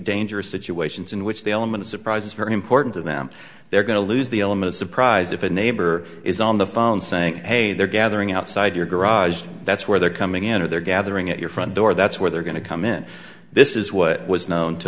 dangerous situations in which the element of surprise is very important to them they're going to lose the element of surprise if a neighbor is on the phone saying hey they're gathering outside your garage that's where they're coming in or they're gathering at your front door that's where they're going to come in this is what was known to